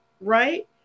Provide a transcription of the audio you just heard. Right